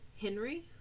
Henry